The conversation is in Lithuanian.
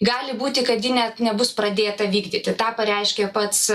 gali būti kad ji net nebus pradėta vykdyti tą pareiškė pats